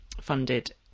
funded